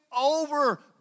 over